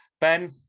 Ben